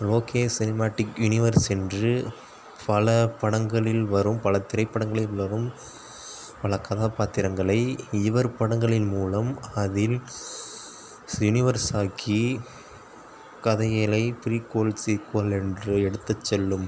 Lokesh cinematic universe என்று பல படங்களில் வரும் பல திரைப்படங்களில் வரும் பல கதாபாத்திரங்களை இவர் படங்களின் மூலம் அதில் சினிவர்ஸ் ஆக்கி கதைகளை குறிக்கோள் சிக்கோல் என்று எடுத்து செல்லும்